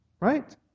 Right